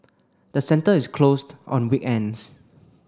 the centre is closed on weekends